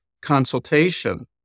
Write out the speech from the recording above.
consultation